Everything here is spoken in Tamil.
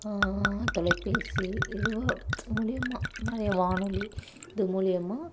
தொலைபேசி எதுவோ மூலிமா நிறையா வானொலி இது மூலிமா